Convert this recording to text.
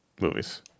movies